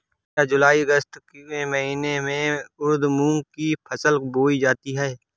क्या जूलाई अगस्त के महीने में उर्द मूंग की फसल बोई जाती है?